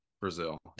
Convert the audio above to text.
Brazil